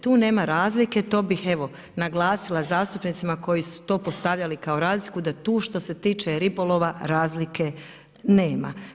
Tu nema razlike, to bih evo naglasila zastupnicima koji su to postavljali kao razliku, da tu što se tiče ribolova razlike nema.